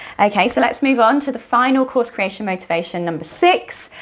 okay, so let's move on to the final course creation motivation, number six,